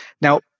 Now